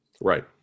Right